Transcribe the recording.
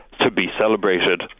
to-be-celebrated